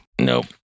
Nope